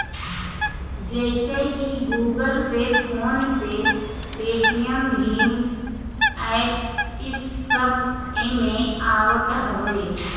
जइसे की Google Pay, PhonePe, Paytm भीम एप्प इस सब एमे आवत हवे